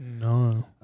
No